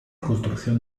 construcción